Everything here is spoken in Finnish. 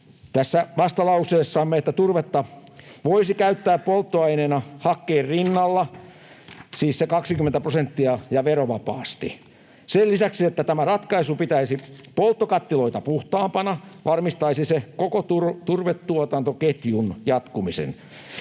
tässä vastalauseessamme, että turvetta voisi käyttää polttoaineena hakkeen rinnalla, siis sen 20 prosenttia ja verovapaasti. Sen lisäksi, että tämä ratkaisu pitäisi polttokattiloita puhtaampana, varmistaisi se koko turvetuotantoketjun jatkumisen.